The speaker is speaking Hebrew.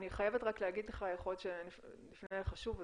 אני חייבת רק להגיד לך יכול להיות נפנה אליך שוב,